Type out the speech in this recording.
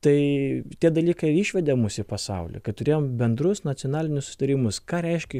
tai tie dalykai išvedė mus į pasaulį kad turėjom bendrus nacionalinius susitarimus ką reiškia